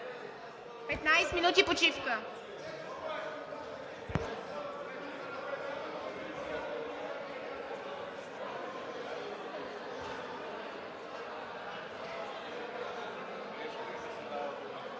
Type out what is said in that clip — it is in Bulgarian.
Петнадесет минути почивка.